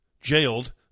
jailed